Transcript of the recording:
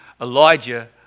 Elijah